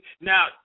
Now